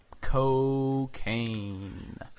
Cocaine